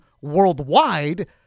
worldwide